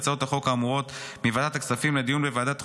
הצעות החוק האמורות מוועדת הכספים לדיון בוועדת חוקה,